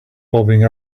bobbing